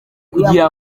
kugira